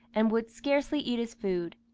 and would scarcely eat his food.